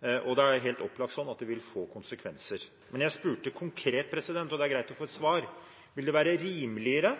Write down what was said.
og det er helt opplagt sånn at det vil få konsekvenser. Men jeg spurte konkret, og det ville være greit å få et svar: Vil det være rimeligere